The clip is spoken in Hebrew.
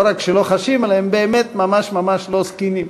לא רק שהם לא חשים אלא הם באמת ממש ממש לא זקנים.